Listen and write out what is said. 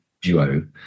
duo